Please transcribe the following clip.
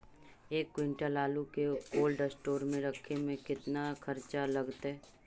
एक क्विंटल आलू के कोल्ड अस्टोर मे रखे मे केतना खरचा लगतइ?